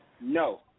No